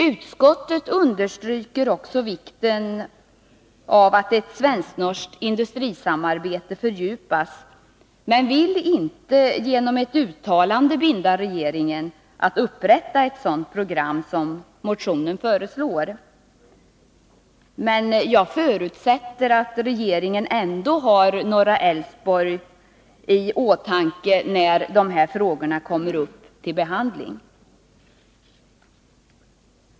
Utskottet understryker också vikten av att ett svensk-norskt industrisamarbete fördjupas, men man vill inte genom ett uttalande binda regeringen att upprätta ett program av det slag som föreslås i motionen. Jag förutsätter att regeringen ändå har norra Älvsborg i åtanke när dessa frågor kommer upp till behandling.